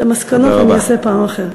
את המסקנות אני אומר פעם אחרת.